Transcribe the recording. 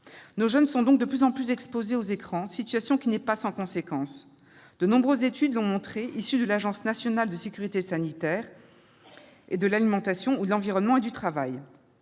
Nos jeunes sont donc de plus en plus exposés aux écrans. Cette situation n'est pas sans conséquence. De nombreuses études l'ont montré, qu'elles émanent de l'Agence nationale de sécurité sanitaire de l'alimentation, de l'environnement et du travail,